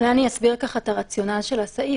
אולי אני אסביר את הרציונל של הסעיף,